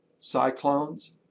cyclones